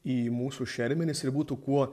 į mūsų šermenis ir būtų kuo